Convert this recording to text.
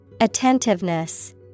Attentiveness